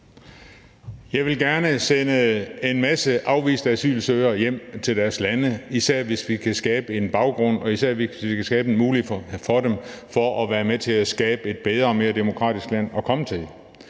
Jeg vil gerne sende en masse afviste asylansøgere hjem til deres lande, især hvis vi kan skabe en baggrund og mulighed for, at de kan være med til at skabe et bedre og mere demokratisk land at komme til.